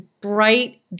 bright